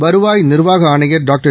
வருவாய் நிர்வாக ஆணயர் டாக்டர்